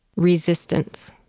resistance.